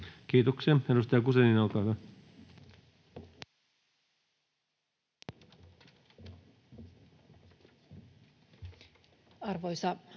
Kiitoksia. — Edustaja Guzenina, olkaa hyvä.